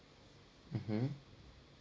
mmhmm